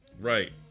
Right